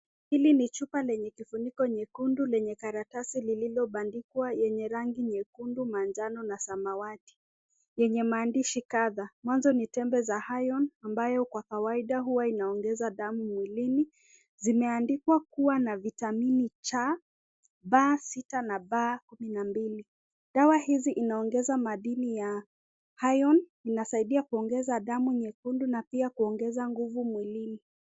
Hili ni chupa lenye kifuniko nyekundu lenye karatasi yenye imeandikwa yenye rangi manjano, nyekundu na samawati yenye maandishi kadha. Ni tembe za iron ambayo kwa kawaida inaongeza damu mwilini, zimeandikwa kuwa na vitamin c 6 na b 12 . Dawa hizi inaongeza madini ya iron, inasaidia kuongeza damu nyekundu na pia nguvu mwilini.